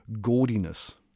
gaudiness